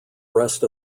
rest